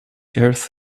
earth